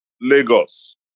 Lagos